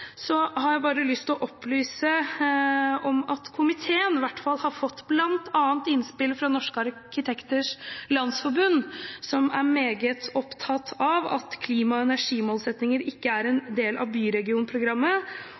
har jeg lyst til å opplyse om at komiteen bl.a. har fått innspill fra Norske arkitekters landsforbund, som er meget opptatt av at klima- og energimålsettinger ikke er en del av Byregionprogrammet.